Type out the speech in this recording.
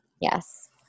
Yes